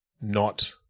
not-